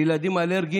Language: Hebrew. תודה.